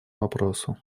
вопросу